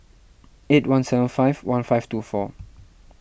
eight one seven five one five two four